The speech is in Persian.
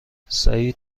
سعید